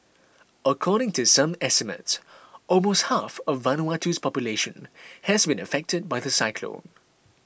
according to some estimates almost half of Vanuatu's population has been affected by the cyclone